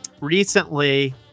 recently